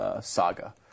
saga